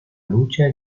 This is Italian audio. luce